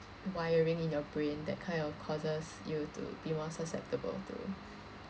wiring in your brain that kind of causes you to be more susceptible to